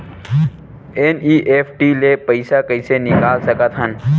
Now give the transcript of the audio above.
NEFT ले पईसा कइसे निकाल सकत हन?